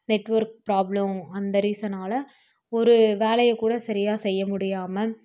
network problem அந்த ரீசனால் ஒரு வேலையை கூட சரியாக செய்ய முடியாமல்